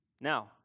Now